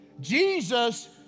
Jesus